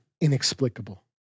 inexplicable